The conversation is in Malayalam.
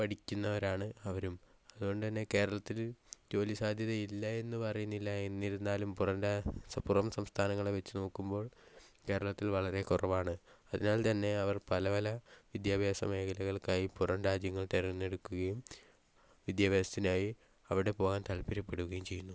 പഠിക്കുന്നവരാണ് അവരും അത്കൊണ്ട് തന്നെ കേരളത്തിലെ ജോലി സാദ്ധ്യതയില്ല എന്ന് പറയുന്നില്ല എന്നിരുന്നാലും പുറം പുറം സംസ്ഥാനങ്ങൾ വെച്ച് നോക്കുമ്പോൾ കേരളത്തിൽ വളരെ കുറവാണ് എന്നാൽ തന്നെ പലപല വിദ്യാഭ്യാസ മേഖലങ്ങൾക്കായി പുറം രാജ്യങ്ങൾ തിരഞ്ഞെടുക്കുകയും വിദ്യാഭ്യാസത്തിനായി അവിടെ പോകാൻ താത്പര്യപ്പെടുകയും ചെയ്യുന്നു